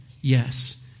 Yes